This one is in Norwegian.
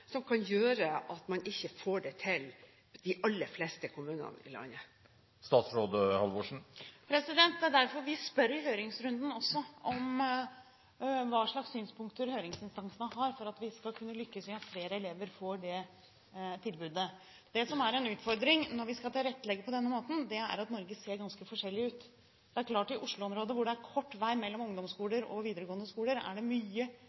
som kan gjøre at man ikke får det til i de aller fleste kommunene i landet? Det er derfor vi spør i høringsrunden også om hva slags synspunkter høringsinstansene har for at vi skal kunne lykkes med at flere elever får det tilbudet. Det som er en utfordring når vi skal tilrettelegge på denne måten, er at Norge ser ganske forskjellig ut. Det er klart at i Oslo-området, hvor det er kort vei mellom ungdomsskoler og videregående skoler, er det mye